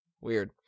weird